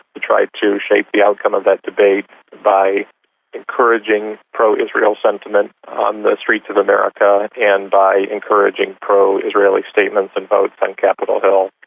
to try to shape the outcome of that debate by encouraging pro-israel sentiment on the streets of america and by encouraging pro-israeli statements and votes on capitol hill.